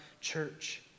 church